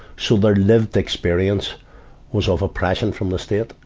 so their lived experience was of oppression from the state